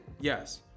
yes